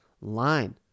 line